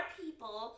people